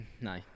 no